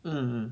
mm